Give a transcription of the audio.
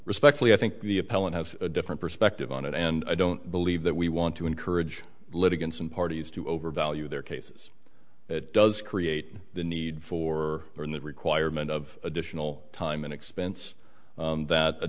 respectfully i think the appellant have a different perspective on it and i don't believe that we want to encourage litigants and parties to overvalue their cases it does create the need for there in the requirement of additional time and expense that a